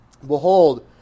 Behold